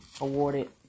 awarded